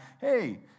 hey